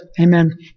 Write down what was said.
Amen